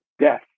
death